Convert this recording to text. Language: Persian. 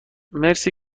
مرسی